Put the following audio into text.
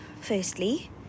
firstly